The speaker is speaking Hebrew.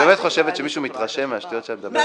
את באמת חושבת שמישהו מתרשם מהשטויות שאת מדברת עכשיו.